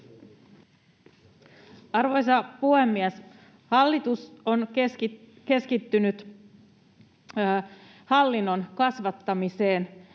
Arvoisa puhemies! Hallitus on keskittynyt hallinnon kasvattamiseen,